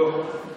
לא.